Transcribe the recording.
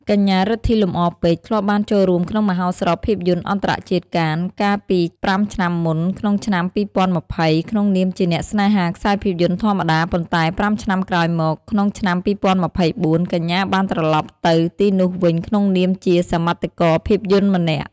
កញ្ញា រិទ្ធី លំអរពេជ្រ ធ្លាប់បានចូលរួមក្នុងមហោស្រពភាពយន្តអន្តរជាតិកាន កាលពី ៥ ឆ្នាំមុន ក្នុងឆ្នាំ ២០២០ ក្នុងនាមជាអ្នកស្នេហាខ្សែភាពយន្តធម្មតា ប៉ុន្តែ ៥ ឆ្នាំក្រោយមក ក្នុងឆ្នាំ ២០២៤ កញ្ញាបានត្រលប់ទៅទីនោះវិញក្នុងនាមជាសមិទ្ធករភាពយន្តម្នាក់។